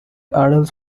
adults